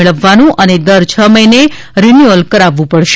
મેળવવાનું અને દર છ મહિને રીન્યુઅલ કરાવવું પડશે